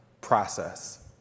process